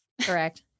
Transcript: Correct